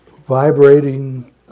vibrating